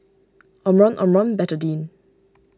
Omron Omron Betadine